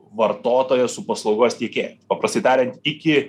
vartotoją su paslaugos teikėju paprastai tariant iki